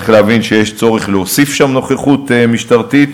צריך להבין שיש צורך להוסיף שם נוכחות משטרתית.